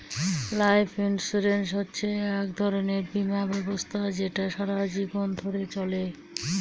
life insurance হচ্ছে এক ধরনের বীমা ব্যবস্থা যেটা সারা জীবন ধরে চলে